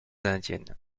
indiennes